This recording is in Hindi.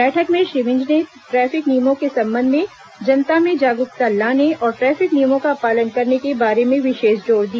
बैठक में श्री विज ने ट्रैफिक नियमों के संबंध में जनता में जागरूकता लाने और ट्रैफिक नियमों का पालन करने के बारे में विशेष जोर दिया